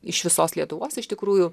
iš visos lietuvos iš tikrųjų